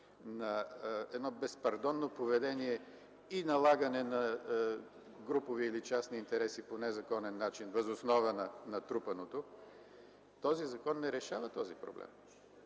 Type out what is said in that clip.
на едно безпардонно поведение и налагане на групови или частни интереси по незаконен начин въз основа на натрупаното – този закон не решава този проблем.